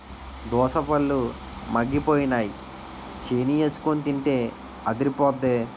దోసపళ్ళు ముగ్గిపోయినై చీనీఎసికొని తింటే అదిరిపొద్దే